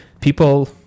people